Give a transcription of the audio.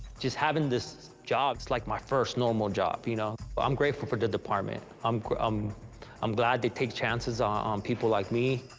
just having this job, it's like my first normal job, you know? i'm grateful for the department, i'm um i'm glad they take chances ah on people like me.